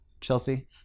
Chelsea